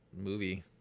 movie